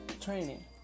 Training